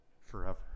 forever